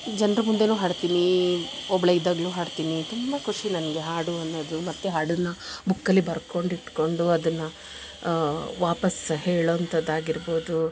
ಜನರ ಮುಂದೇನು ಹಾಡ್ತೀನಿ ಒಬ್ಬಳೇ ಇದ್ದಾಗಲೂ ಹಾಡ್ತೀನಿ ತುಂಬಾ ಖುಷಿ ನನಗೆ ಹಾಡು ಅನ್ನದು ಮತ್ತು ಹಾಡುನ್ನ ಬುಕ್ಕಲ್ಲಿ ಬರ್ಕೊಂಡಿಟ್ಕೊಂಡು ಅದನ್ನ ವಾಪಾಸ್ಸು ಹೇಳುವಂಥದ್ ಆಗಿರ್ಬೋದು